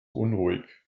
unruhig